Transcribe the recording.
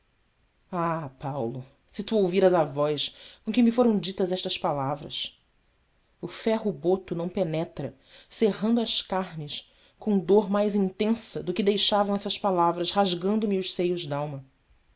ah paulo se tu ouviras a voz com que me foram ditas estas palavras o ferro boto não penetra serrando as carnes com dor mais intensa do que deixavam essas palavras rasgando me os seios d'alma